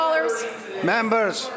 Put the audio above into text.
Members